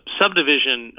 subdivision